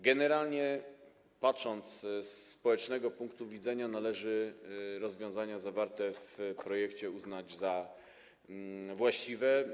Generalnie, patrząc ze społecznego punktu widzenia, należy rozwiązania zawarte w projekcie uznać za właściwe.